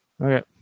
Okay